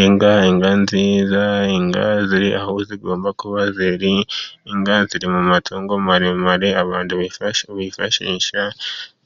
Inka, inka nziza, inka ziri aho zigomba kuba ziri. Inka ziri mu matongo maremare abantu bifashisha